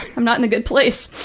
i'm not in a good place.